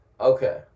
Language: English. Okay